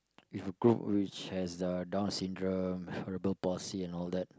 with a group which has the down syndrome cerebral palsy and all that